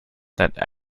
that